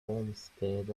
homestead